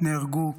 נהרגו בכבישים,